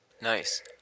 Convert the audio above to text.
Nice